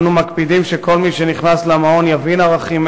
אנו מקפידים שכל מי שנכנס למעון יבין ערכים